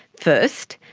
first,